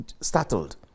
startled